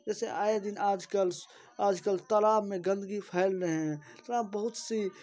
जैसे आए दिन आज कल आज कल तलाब में गन्दगी फैल रही है थोड़ा बहुत सी